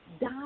Die